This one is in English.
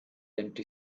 empty